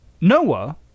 Noah